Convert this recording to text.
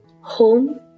Home